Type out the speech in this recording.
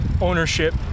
Ownership